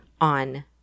on